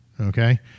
Okay